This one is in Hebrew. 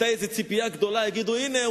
היתה איזו ציפייה גדולה שיגידו: הנה,